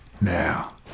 Now